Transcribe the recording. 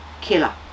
killer